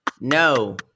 No